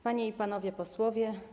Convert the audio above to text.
Panie i Panowie Posłowie!